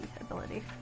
ability